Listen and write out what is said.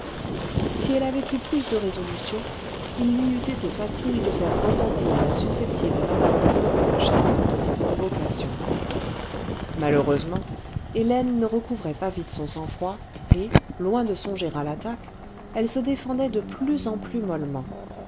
si elle avait eu plus de résolution il lui eût été facile de faire repentir la susceptible mme de saint panachard de sa provocation malheureusement hélène ne recouvrait pas vite son sang-froid et loin de songer à l'attaque elle se défendait de plus en plus mollement